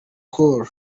col